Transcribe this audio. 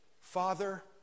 Father